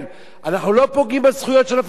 אנחנו לא פוגעים בזכויות של הפלסטינים.